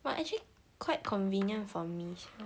but actually quite convenient for me sia